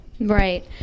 Right